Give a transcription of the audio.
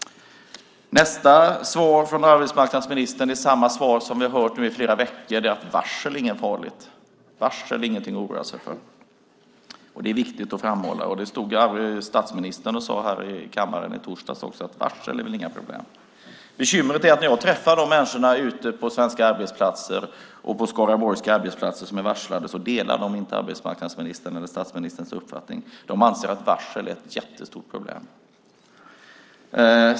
Nästa svar från arbetsmarknadsministern är samma svar som vi hört i flera veckor, att varsel inte är något farligt. Varsel är ingenting att oroa sig för. Det är viktigt att framhålla. Det stod också statsministern och sade här i kammaren i torsdags. Varsel är väl inga problem. Bekymret är att när jag träffar människor ute på svenska och skaraborgska arbetsplatser som är varslade delar de inte arbetsmarknadsministerns eller statsministerns uppfattning. De anser att varsel är ett jättestort problem.